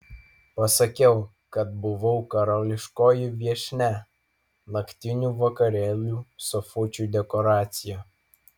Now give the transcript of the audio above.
pasakiau kad buvau karališkoji viešnia naktinių vakarėlių sofučių dekoracija